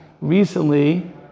recently